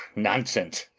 nonsense.